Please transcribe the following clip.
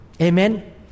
Amen